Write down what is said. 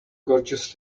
gorgeous